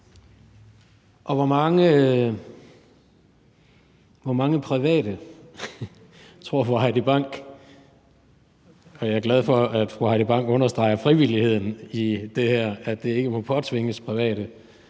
Og hvor mange private tror fru Heidi Bank – jeg er glad for, at fru Heidi Bank understreger frivilligheden i det her, altså at det ikke må påtvinges private